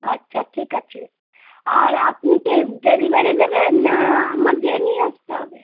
আচ্ছা ঠিক আছে আর আপনি কি ডেলিভারি দেবেন না আমার গিয়ে নিয়ে আসতে হবে